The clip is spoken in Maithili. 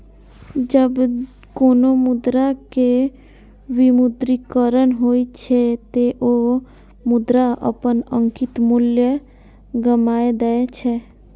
जब कोनो मुद्रा के विमुद्रीकरण होइ छै, ते ओ मुद्रा अपन अंकित मूल्य गमाय दै छै